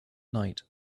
night